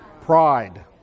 Pride